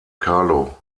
carlo